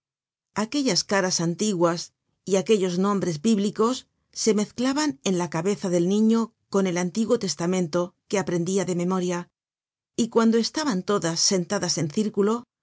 aquellas caras antiguas y aquellos nombres biblicos se mezclaban en la cabeza del niño con el antiguo testamento que aprendia de memoria y cuando estaban todas sentadas en círculo